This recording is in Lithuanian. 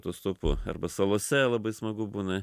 autostopu arba salose labai smagu būna